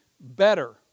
better